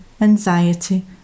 anxiety